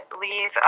leave